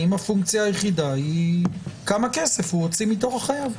האם הפונקציה היחידה היא כמה כסף הוא הוציא מהחייב.